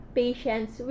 patients